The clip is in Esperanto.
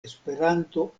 esperanto